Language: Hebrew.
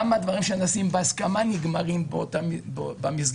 גם הדברים שנעשים בהסכמה נגמרים במסגרת